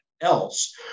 else